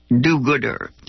do-gooder